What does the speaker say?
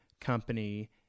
company